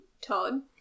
Todd